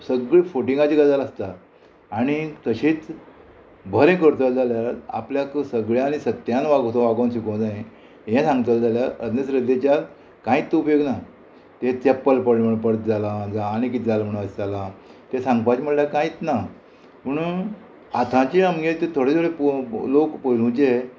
सगळी फोटिंगाची गजाल आसता आनी तशीच बरें करतलो जाल्यार आपल्याक सगळ्यांनी सत्यान वागो वागोन शिकोवंक जाय हें सांगतलें जाल्यार अजुन श्रद्देच्या कांयत उपयोग ना तें चेप्पल पडले म्हण पडत जालां जावं आनी कितें जालां म्हण वच जालां तें सांगपाचें म्हणल्यार कांयत ना पूण आतांचे आमगे तें थोडे थोडे लोक पयलूचे